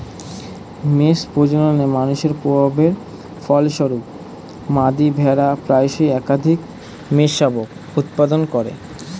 মেষ প্রজননে মানুষের প্রভাবের ফলস্বরূপ, মাদী ভেড়া প্রায়শই একাধিক মেষশাবক উৎপাদন করে